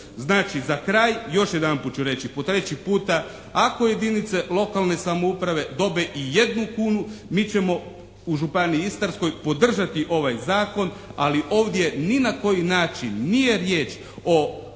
Znači za kraj, još jedanput ću reći po treći puta ako jedinice lokalne samouprave dobe i jednu kunu mi ćemo u županiji Istarskoj podržati ovaj zakon, ali ovdje ni na koji način nije riječ o